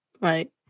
Right